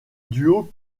duo